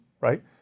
right